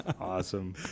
awesome